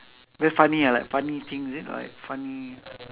very funny ah like funny thing is it or like funny